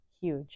Huge